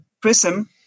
prism